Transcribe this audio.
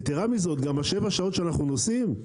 יתרה מזאת, גם השבע שעות שאנחנו נוסעים,